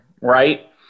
right